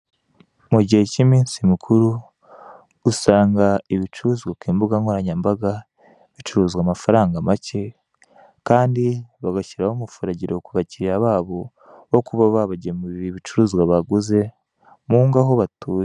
Mi gihe cy'iminsi mikuru, usanga ibicuruzwa ku imbuga nkoranyambaga bicuruzwa amafaranga make, kandi babashyiriraho umufuragiro ku bakiriya babo, wo kuba babagemurira ibicuruzwa baguze, mu ngo aho batuye.